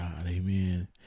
amen